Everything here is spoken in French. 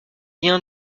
rien